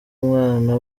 umwana